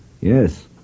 Yes